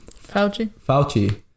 Fauci